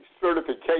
certification